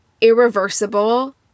irreversible